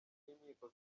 n’inkiko